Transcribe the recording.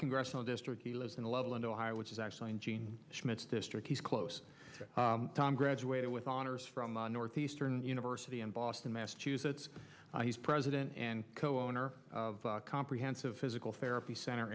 congressional district he lives in a level in ohio which is actually in jean schmidt's district he's close tom graduated with honors from northeastern university in boston massachusetts he's president and co owner of comprehensive physical therapy center